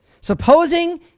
Supposing